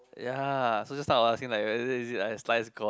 ya so just now I was asking like whether is it like a slice gone